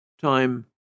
Time